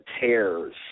tears